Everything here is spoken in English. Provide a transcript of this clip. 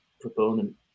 proponent